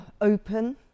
open